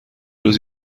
روز